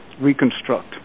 reconstruct